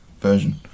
version